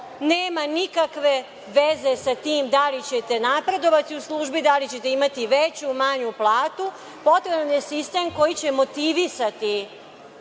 nema nikakve veze sa tim da li ćete napredovati u službi, da li ćete imati veću, manju platu. Potreban je sistem koji će motivisati